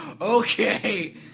Okay